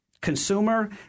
Consumer